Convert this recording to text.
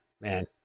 man